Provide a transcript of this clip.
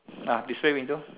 ah display window